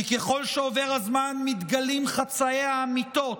כי ככל שעובר הזמן מתגלים חצאי האמיתות,